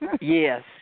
Yes